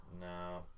no